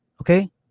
okay